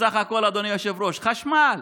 בסך הכול, אדוני היושב-ראש, חשמל,